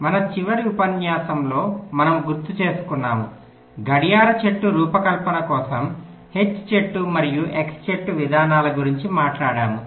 మన చివరి ఉపన్యాసంలో మనము గుర్తుచేసుకున్నాము గడియార చెట్టు రూపకల్పన కోసం H చెట్టు మరియు X చెట్టు విధానాల గురించి మాట్లాడాము